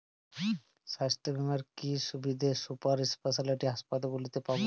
স্বাস্থ্য বীমার কি কি সুবিধে সুপার স্পেশালিটি হাসপাতালগুলিতে পাব?